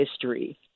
history